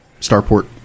Starport